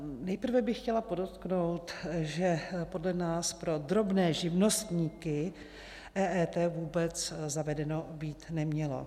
Nejprve bych chtěla podotknout, že podle nás pro drobné živnostníky EET vůbec zavedeno být nemělo.